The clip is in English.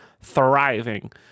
thriving